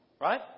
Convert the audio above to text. Right